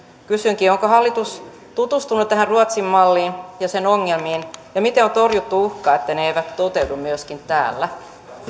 kysynkin onko hallitus tutustunut tähän ruotsin malliin ja sen ongelmiin ja miten on torjuttu uhka että ne eivät toteudu myöskin täällä